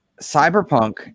Cyberpunk